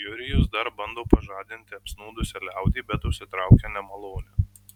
jurijus dar bando pažadinti apsnūdusią liaudį bet užsitraukia nemalonę